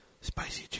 Spicy